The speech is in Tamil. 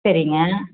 சரிங்க